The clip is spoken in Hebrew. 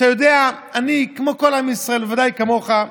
אתה יודע, אני וכל עם ישראל, בוודאי כמוך,